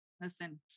listen